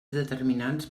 determinants